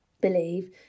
believe